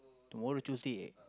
tomorrow Tuesday aye